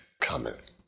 cometh